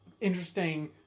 interesting